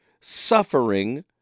suffering